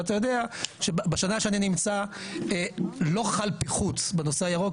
אתה יודע שבשנה שאני נמצא לא חל פיחות בנושא הירוק,